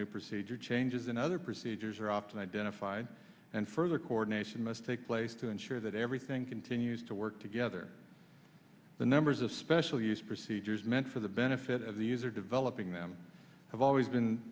new procedure changes and other procedures are often identified and further coordination must take place to ensure that everything continues to work together the numbers especially as procedures meant for the benefit of the user developing them have always been